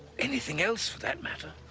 anything else for that matter.